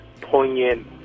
poignant